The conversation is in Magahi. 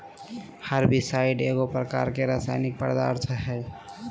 हर्बिसाइड एगो प्रकार के रासायनिक पदार्थ हई